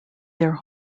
their